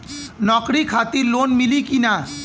नौकरी खातिर लोन मिली की ना?